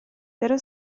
però